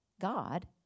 God